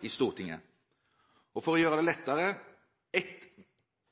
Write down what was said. i Stortinget. Og for å gjøre det lettere: